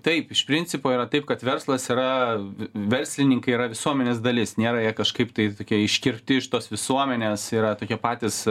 taip iš principo yra taip kad verslas yra verslininkai yra visuomenės dalis nėra jie kažkaip tai tokie iškirpti iš tos visuomenės yra tokie patys